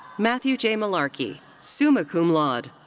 matthew j. mellarkey, summa cum laude.